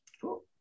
Cool